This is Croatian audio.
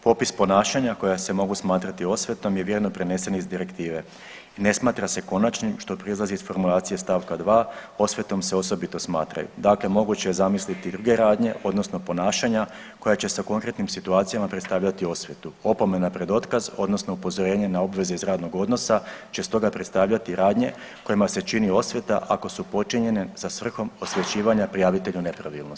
Popis ponašanja koja se mogu smatrati osvetom je vjerno prenesen iz direktive i ne smatra se konačnim što proizlazi iz formulacije stavka 2. Osvetom se osobito smatraju, dakle moguće je zamisliti druge radnje, odnosno ponašanja koja će se u konkretnim situacijama predstavljati osvetu opomena pred otkaz odnosno upozorenje na obveze iz radnog odnosa će stoga predstavljati radnje kojima se čini osveta ako su počinjene sa svrhom osvećivanja prijavitelju nepravilnosti.